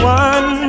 one